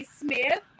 Smith